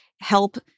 help